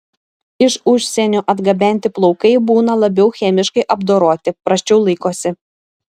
iš užsienio atgabenti plaukai būna labiau chemiškai apdoroti prasčiau laikosi